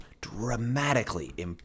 dramatically